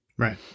Right